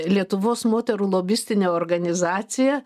lietuvos moterų lobistinė organizacija